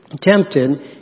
tempted